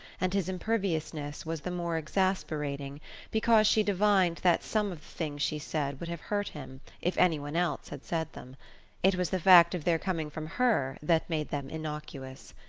and his imperviousness was the more exasperating because she divined that some of the things she said would have hurt him if any one else had said them it was the fact of their coming from her that made them innocuous.